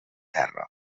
terra